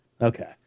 Okay